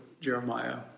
Jeremiah